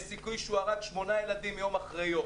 יש סיכוי שהוא הרג שמונה ילדים יום אחרי יום